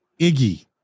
Iggy